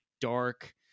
dark